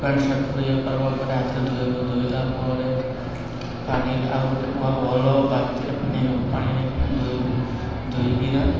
pant shirt ପୁରରିଇା କରିବା ପରେ ହାତରେ ଧୋଇବୁ ଧୋଇଲା ପରେ ପାଣିରେ ଆଉ ଗୋଟେ ଭଲ ବାଲ୍ଟିରେ ପାଣି ନବୁ ପାଣି ନେଇକିନା ଧୋଇବୁ ଧୋଇକିନା